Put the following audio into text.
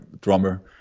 drummer